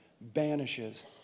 banishes